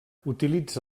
utilitza